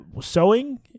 sewing